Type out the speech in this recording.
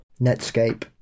Netscape